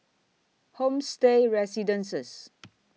Homestay Residences